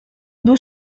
due